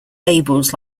labels